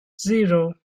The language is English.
zero